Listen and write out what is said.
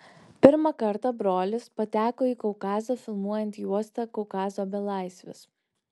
pirmą kartą brolis pateko į kaukazą filmuojant juostą kaukazo belaisvis